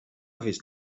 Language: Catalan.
vist